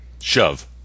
Shove